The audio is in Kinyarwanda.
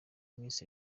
miss